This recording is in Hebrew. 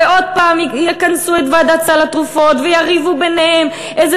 ועוד פעם יכנסו את ועדת סל התרופות והם יריבו ביניהם איזו